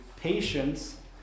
Patience